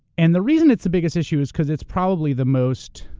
and the reason it's the biggest issue is because it's probably the most